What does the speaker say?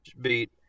beat